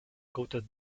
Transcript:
coated